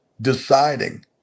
Deciding